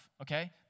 okay